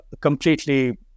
Completely